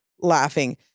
laughing